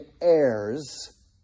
heirs